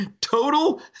total